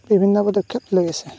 বিভিন্ন পদক্ষেপ লৈ আছে